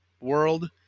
world